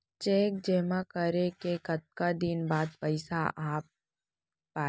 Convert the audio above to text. Cheque जेमा करें के कतका दिन बाद पइसा आप ही?